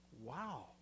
Wow